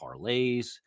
parlays